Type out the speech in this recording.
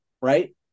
right